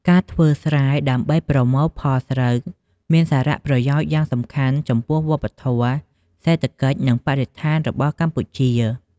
ការធ្វើស្រែ ដើម្បីប្រមូលផលស្រូវមានសារៈប្រយោជន៍យ៉ាងសំខាន់ចំពោះវប្បធម៌ សេដ្ឋកិច្ច និងបរិស្ថានរបស់កម្ពុជា។